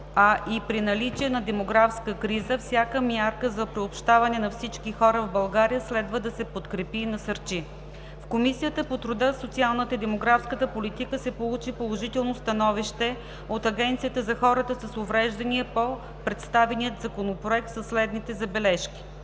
а и при наличие на демографска криза всяка мярка за приобщаване на всички хора в България следва да се подкрепи и насърчи. В Комисията по труда, социалната и демографската политика се получи положително становище от Агенцията за хората с увреждания по представения Законопроект със следните забележки.